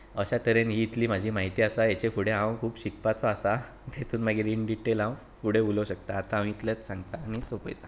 अशा तरेन ही इतली म्हजी म्हायती आसा ताच्या फुडें हांव खूब शिकपाचो आसां हेतून हांव इनडिटेल फुडें उलोवपाक शकतां म्हूण आतां हांव इतलेंच सांगतां आनी सोंपयतां